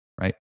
right